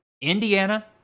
Indiana